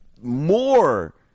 more